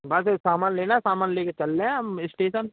बस सामान लेना है सामान लेके चल रहे हम इस्टेसन